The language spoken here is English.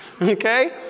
Okay